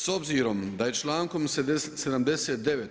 S obzirom da je člankom 79.